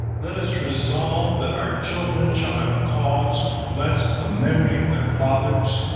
let us resolve that our children shall have cause to bless the memory of their fathers,